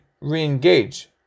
re-engage